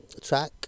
track